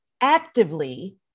actively